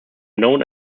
known